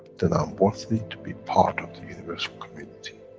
then i'm worthy to be part of the universal community.